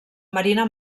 marina